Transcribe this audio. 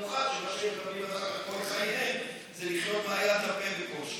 לחיות מהיד לפה בקושי.